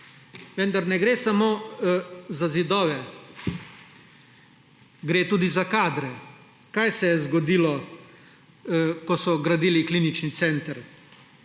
Vendar, ne gre samo za zidove, gre tudi za kadre. Kaj se je zgodilo, ko so gradili klinični center?